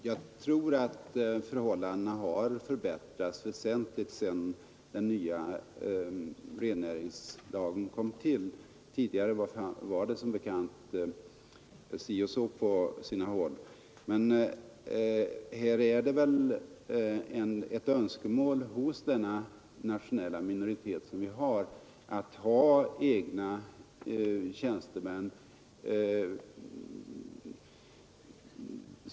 Herr talman! Jag tror att förhållandena har förbättrats sedan den nya rennäringslagen kom till. Tidigare var det som bekant si och så. Men här föreligger ett mycket starkt önskemål från denna nationella minoritet att ha egna tjänstemän.